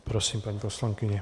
Prosím, paní poslankyně.